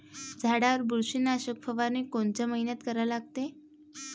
झाडावर बुरशीनाशक फवारनी कोनच्या मइन्यात करा लागते?